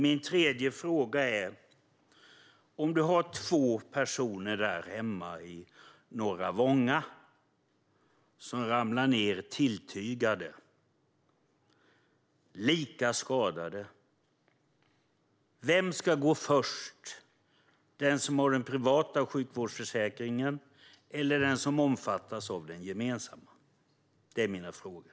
Min tredje fråga är: Om du har två personer där hemma i Norra Vånga som ramlar och blir lika skadade, vem ska då gå först - den som har den privata sjukvårdsförsäkringen eller den som omfattas av den gemensamma? Det är mina frågor.